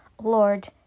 Lord